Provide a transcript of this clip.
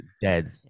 dead